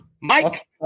Mike